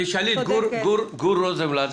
תשאלי את גור רוזנבלט,